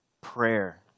prayer